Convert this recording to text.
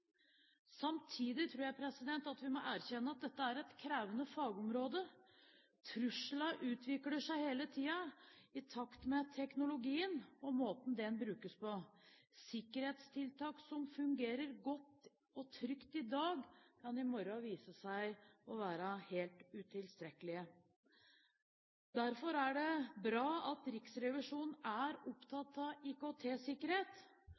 Samtidig tror jeg at vi må erkjenne at dette er et krevende fagområde. Trusler utvikler seg hele tiden i takt med teknologien og måten den brukes på. Sikkerhetstiltak som fungerer godt og trygt i dag, kan i morgen vise seg å være helt utilstrekkelige. Derfor er det bra at Riksrevisjonen er